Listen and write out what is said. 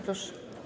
Proszę.